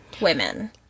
women